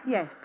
Yes